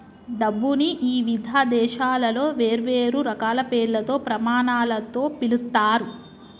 డబ్బుని ఇవిధ దేశాలలో వేర్వేరు రకాల పేర్లతో, ప్రమాణాలతో పిలుత్తారు